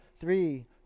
three